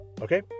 okay